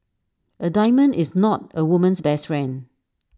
A diamond is not A woman's best friend